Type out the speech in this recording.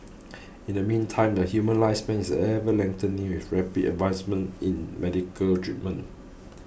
in the meantime the human lifespan is ever lengthening with rapid advancements in medical treatment